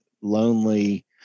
lonely